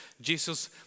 Jesus